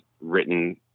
written